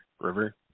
river